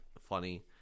funny